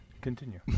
continue